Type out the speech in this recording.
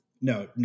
no